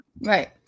Right